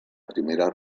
primera